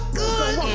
good